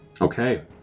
Okay